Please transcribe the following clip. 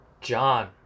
John